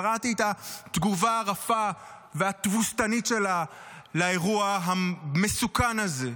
קראתי את התגובה הרפה והתבוסתנית שלה על אירוע המסוכן הזה.